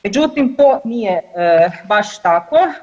Međutim, to nije baš tako.